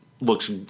Looks